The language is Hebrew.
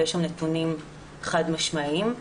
ויש שם נתונים חד משמעיים.